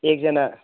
एकजना